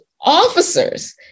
officers